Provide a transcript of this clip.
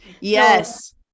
Yes